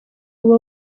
uba